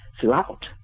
throughout